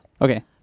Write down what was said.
Okay